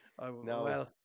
No